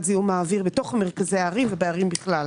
זיהום האוויר בתוך מרכזי הערים ובערים בכלל.